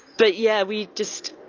but yeah, we just,